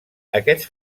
aquests